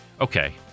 Okay